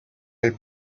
del